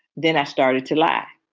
then i started to lie.